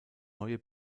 neue